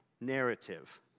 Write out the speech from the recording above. narrative